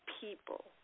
people